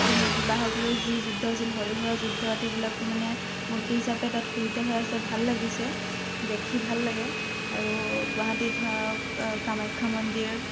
মানে বিবাহক লৈ যি যুদ্ধ হৈছিল হৰিহৰৰ যুদ্ধত সেইবিলাকো মানে মূৰ্তি হিচাপে তাত খোদিত হৈ আছে ভাল লাগিছে দেখি ভাল লাগে আৰু গুৱাহাটীত ধৰক কামাখ্য়া মন্দিৰ